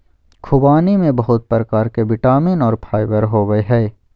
ख़ुबानी में बहुत प्रकार के विटामिन और फाइबर होबय हइ